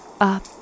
up